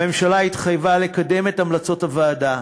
הממשלה התחייבה לקדם את המלצות הוועדה,